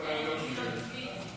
הארכת תקופות ודחיית מועדים (הוראת שעה,